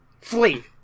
Flee